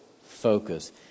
focus